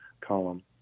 column